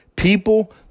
People